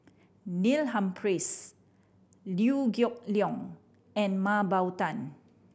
Neil Humphreys Liew Geok Leong and Mah Bow Tan